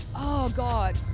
oh god.